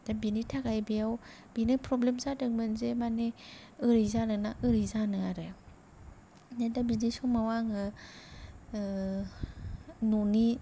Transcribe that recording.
दा बेनि थाखाय बेव बेनो प्रब्लेम जादोंमोन जे मानि ओरै जानोना ओरै जानो आरो दा बिदि समाव आङो न'नि